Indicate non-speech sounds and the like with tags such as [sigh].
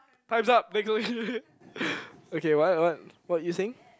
times up next question [laughs] okay what what what were you saying